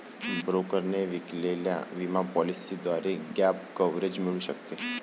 ब्रोकरने विकलेल्या विमा पॉलिसीद्वारे गॅप कव्हरेज मिळू शकते